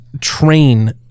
train